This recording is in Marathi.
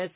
एस